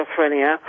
schizophrenia